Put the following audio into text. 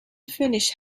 finnish